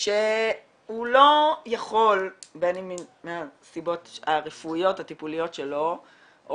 שהוא לא יכול בין אם הסיבות הרפואיות הטיפוליות שלו או